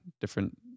different